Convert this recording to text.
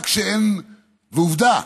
עובדה,